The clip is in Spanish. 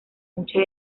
mucha